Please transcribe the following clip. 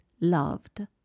loved